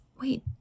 Wait